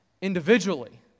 individually